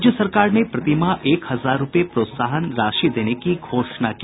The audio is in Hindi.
राज्य सरकार ने प्रतिमाह एक हजार रूपये प्रोत्साहन राशि देने की घोषणा की